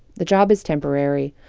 the job is temporary,